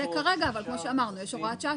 הבעיה היא שברגע שהוא מקבל אותה כדירת מעטפת,